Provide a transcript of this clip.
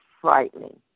frightening